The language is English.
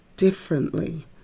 differently